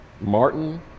Martin